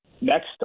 next